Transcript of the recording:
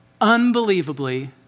unbelievably